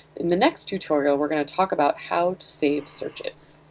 in the next tutorial, we're going to talk about how to save searches